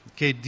Che